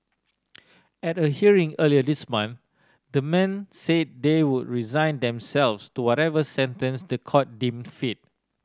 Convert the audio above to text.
at a hearing earlier this month the men said they would resign themselves to whatever sentence the court deemed fit